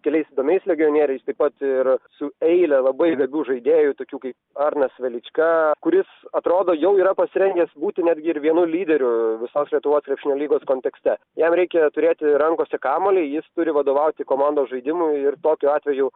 keliais įdomiais legionieriais taip pat ir su eilę labai gabių žaidėjų tokių kaip arnas velička kuris atrodo jau yra pasirengęs būti netgi ir vienu lyderiu visos lietuvos krepšinio lygos kontekste jam reikia turėti rankose kamuolį jis turi vadovauti komandos žaidimui ir tokiu atveju